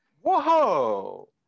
Whoa